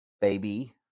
baby